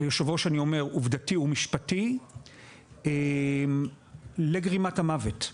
ליושב-ראש אני אומר עובדתי ומשפטי לגרימת המוות.